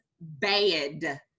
bad